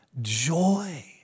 joy